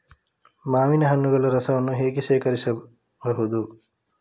ಮಾವಿನ ಹಣ್ಣುಗಳ ರಸವನ್ನು ಹೇಗೆ ಶೇಖರಿಸಬಹುದು?